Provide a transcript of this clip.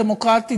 דמוקרטית,